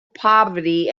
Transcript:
poverty